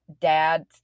dad